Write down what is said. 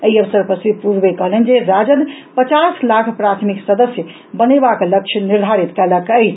एहि अवसर पर श्री पूर्व कहलनि जे राजद पचास लाख प्राथमिक सदस्य बनेबाक लक्ष्य निर्धारित कयलक अछि